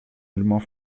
nullement